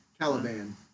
Caliban